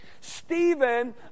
Stephen